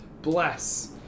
Bless